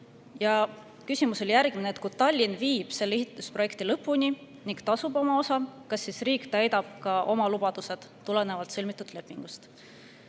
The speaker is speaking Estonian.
Küsimus on järgmine: kui Tallinn viib selle ehitusprojekti lõpuni ning tasub oma osa, kas siis riik täidab ka oma lubadused tulenevalt sõlmitud lepingust?